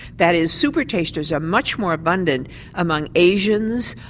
that is supertasters are much more abundant among asians,